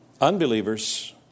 Unbelievers